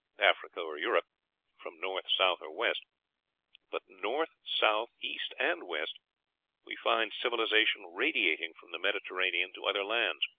africa, or europe from north, south, or west but north, south, east, and west we find civilization radiating from the mediterranean to other lands.